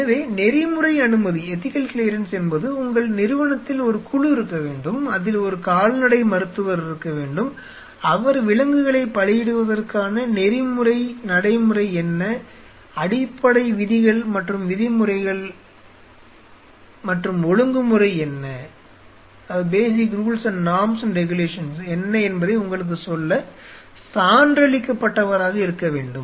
எனவே நெறிமுறை அனுமதி என்பது உங்கள் நிறுவனத்தில் ஒரு குழு இருக்க வேண்டும் அதில் ஒரு கால்நடை மருத்துவர் இருக்க வேண்டும் அவர் விலங்குகளைப் பலியிடுவதற்கான நெறிமுறை நடைமுறை என்ன அடிப்படை விதிகள் மற்றும் விதிமுறைகள் மற்றும் ஒழுங்குமுறை என்ன என்பதை உங்களுக்குச் சொல்ல சான்றளிக்கப்பட்டவராக இருக்க வேண்டும்